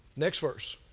next verse.